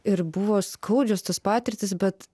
ir buvo skaudžios tos patirtys bet